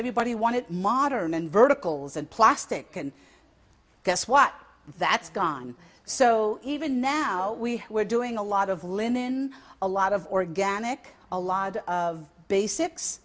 everybody wanted modern and verticals and plastic and guess what that's gone so even now we were doing a lot of linen a lot of organic a lot of basics